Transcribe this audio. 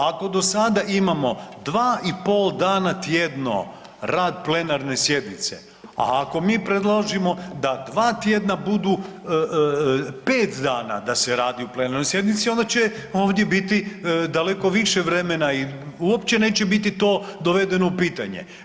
Ako do sada imamo 2 i pol dana tjedno rad plenarne sjednice, a ako mi predložimo da 2 tjedna budu 5 dana da se radi u plenarnoj sjednici onda će ovdje biti daleko više vremena i uopće neće biti to dovedeno u pitanje.